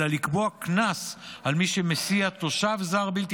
אלא לקבוע קנס על מי שמסיע תושב זר בלתי